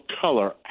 color